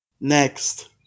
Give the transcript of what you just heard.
next